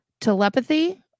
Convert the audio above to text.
telepathy